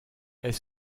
est